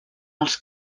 els